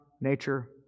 nature